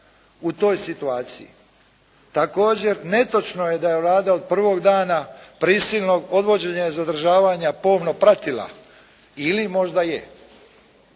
u toj situaciji. Također netočno je da je Vlada od prvog dana prisilnog odvođenja i zadržavanja pomno pratila ili možda je.